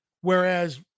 Whereas